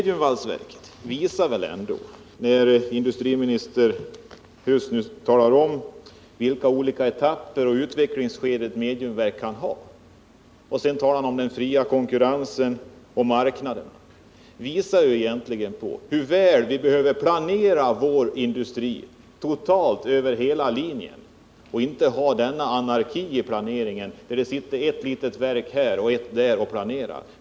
Industriminister Huss talade om vilka olika etapper och utvecklingsskeden ett mediumvalsverk kan ha, och sedan talade han om den fria konkurrensen och marknaden. Det visar hur väl vi behöver planera vår industri, totalt över hela linjen, och avskaffa den anarki i planeringen som det innebär att det sitter ett litet verk här och ett där och planerar.